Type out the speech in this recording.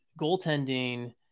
goaltending